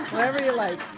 whatever you like.